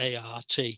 ART